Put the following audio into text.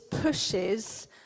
pushes